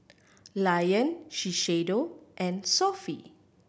Lion Shiseido and Sofy